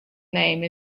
name